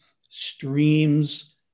streams